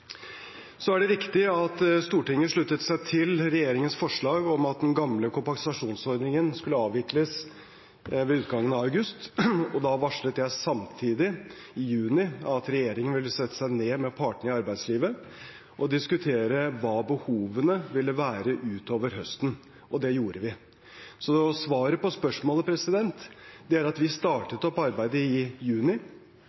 er riktig at Stortinget sluttet seg til regjeringens forslag om at den gamle kompensasjonsordningen skulle avvikles ved utgangen av august, og da varslet jeg samtidig, i juni, at regjeringen ville sette seg ned med partene i arbeidslivet og diskutere hva behovene ville være utover høsten, og det gjorde vi. Svaret på spørsmålet er at vi